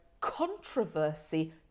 controversy